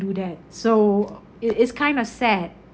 do that so it is kind of sad